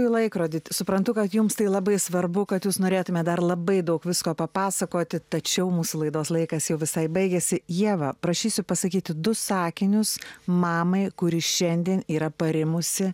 į laikrodį suprantu kad jums tai labai svarbu kad jūs norėtumėte dar labai daug visko papasakoti tačiau mūsų laidos laikas jau visai baigiasi ievą prašysiu pasakyti du sakinius mamai kuri šiandien yra parimusi